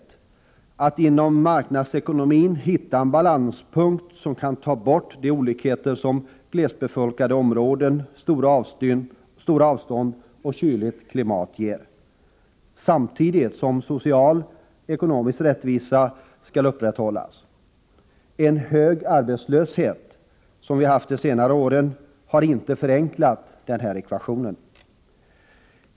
Det handlar om att inom marknadsekonomin hitta en balanspunkt som kan ta bort de olikheter som glesbefolkade områden, stora avstånd och kyligt klimat ger, samtidigt som social och ekonomisk rättvisa skall upprätthållas. En hög arbetslöshet, som vi haft de senare åren — har inte förenklat den ekvationen.